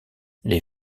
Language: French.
les